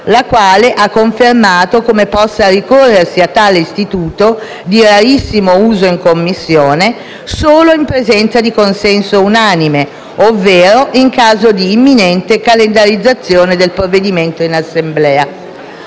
la quale ha confermato come possa ricorrersi a tale istituto, di rarissimo uso in Commissione, solo in presenza di consenso unanime, ovvero in caso di imminente calendarizzazione del provvedimento in Assemblea.